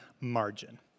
margin